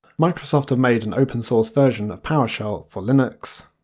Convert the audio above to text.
microsoft have made an open source version of powershell for linux.